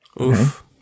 Oof